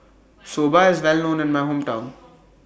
Soba IS Well known in My Hometown